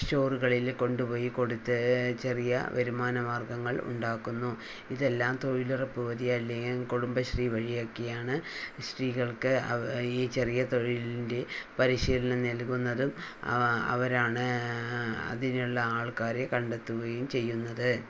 സ്റ്റോറുകളിൽ കൊണ്ടുപോയി കൊടുത്ത് ചെറിയ വരുമാന മാർഗ്ഗങ്ങൾ ഉണ്ടാക്കുന്നു ഇതെല്ലാം തൊഴിലുറപ്പ് വഴി അല്ലെങ്കിൽ കുടുംബശ്രീ വഴി ഒക്കെയാണ് സ്ത്രീകൾക്ക് ഈ ചെറിയ തൊഴിലിൻ്റെ പരിശീലനം നൽകുന്നതും അവ അവരാണ് അതിനുള്ള ആൾക്കാരെ കണ്ടെത്തുകയും ചെയ്യുന്നത്